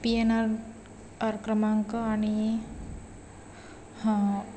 P N R R क्रमांक आणि